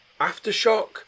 aftershock